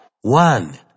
One